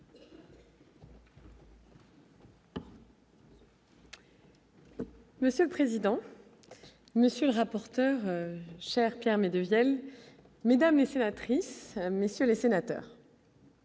Monsieur le président, monsieur le rapporteur, chère Claire mais deviennent mesdames et sénatrices, messieurs les sénateurs.